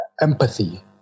empathy